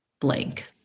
blank